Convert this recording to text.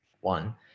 One